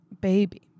Baby